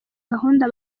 gahunda